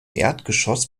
erdgeschoss